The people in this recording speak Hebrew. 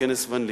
בכנס ון-ליר,